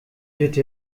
wird